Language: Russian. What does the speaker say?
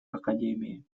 академии